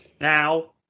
now